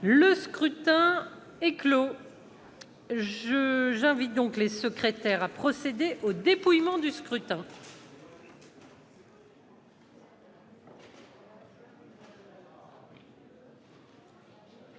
Le scrutin est clos. J'invite Mmes et MM. les secrétaires à procéder au dépouillement du scrutin.